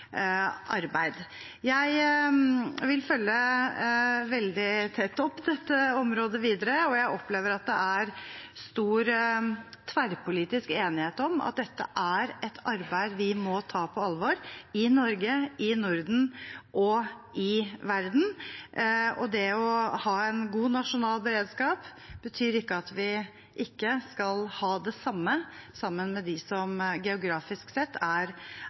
Jeg vil videre følge opp dette området veldig tett, og jeg opplever at det er stor tverrpolitisk enighet om at dette er et arbeid vi må ta på alvor i Norge, i Norden og i verden. Det å ha en god nasjonal beredskap betyr ikke at vi ikke skal ha det samme sammen med dem som geografisk sett er